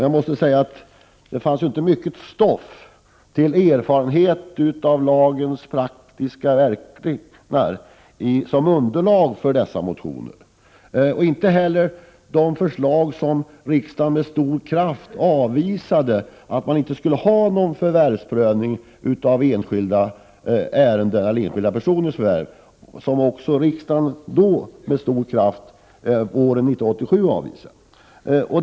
Jag måste säga att det inte fanns mycken erfarenhet av lagens praktiska verkningar som underlag för dessa motioner. Samma sak gäller förslaget att det inte skulle förekomma någon förvärvsprövning av enskilda personers förvärv, som riksdagen med stor kraft avvisade våren 1987.